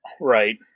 right